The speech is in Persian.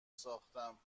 ساختم